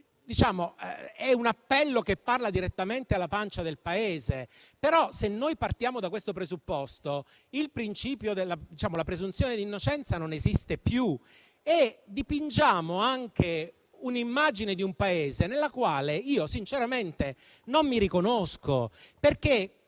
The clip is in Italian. È un appello che parla direttamente alla pancia del Paese. Se però partiamo da questo presupposto, il principio della presunzione di innocenza non esiste più. Dipingiamo altresì un'immagine di un Paese nella quale io sinceramente non mi riconosco.